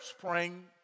praying